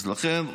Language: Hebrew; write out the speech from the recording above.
לכן,